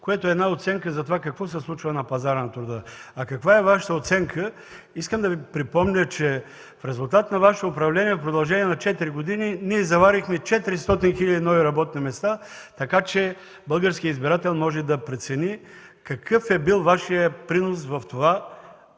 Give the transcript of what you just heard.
което е оценка за това какво се случва на пазара на труда. Каква е Вашата оценка?! Искам да Ви припомня, че в резултат на Вашето управление в продължение на четири години ние заварихме 400 хиляди нови работни места. Така че българският избирател може да прецени какъв е бил Вашият принос в това